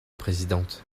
présidente